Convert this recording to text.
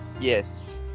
Yes